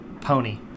Pony